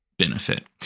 benefit